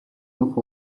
нүх